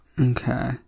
okay